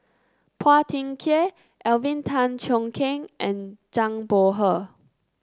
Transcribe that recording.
Phua Thin Kiay Alvin Tan Cheong Kheng and Zhang Bohe